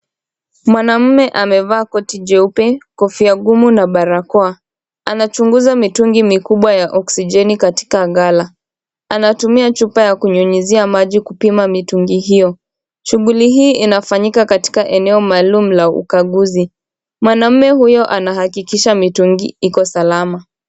Mwanaume amevaa koti jeupe, kofia gumu na barakoa. Anachunguza mitungi mikubwa ya oksijeni katika gala. Anatumia chupa ya kunyunyizia maji kupima mitungi hiyo. Shughuli hii inafanyika katika eneo maalumu la ukaguzi. Mwanaume huyo anahakikisha mitungi Iko salama.